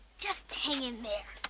just hang in there.